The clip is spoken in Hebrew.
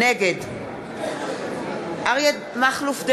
נגד אריה מכלוף דרעי,